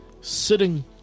Sitting